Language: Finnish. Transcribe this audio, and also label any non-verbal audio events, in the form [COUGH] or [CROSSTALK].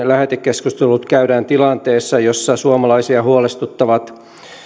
[UNINTELLIGIBLE] lähetekeskustelut käydään tilanteessa jossa suomalaisia huolestuttavat